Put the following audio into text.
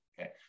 okay